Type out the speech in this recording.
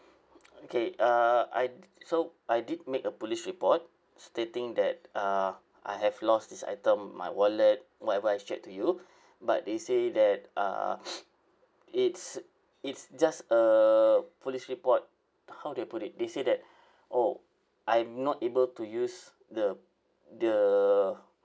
okay uh I so I did make a police report stating that uh I have lost this item my wallet whatever I shared to you but they say that uh it's it's just a police report how do I put it they say that oh I'm not able to use the the